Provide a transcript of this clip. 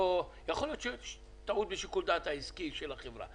יכול להיות שהיתה טעות בשיקול הדעת העסקי של החברה,